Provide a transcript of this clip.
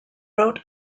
wrote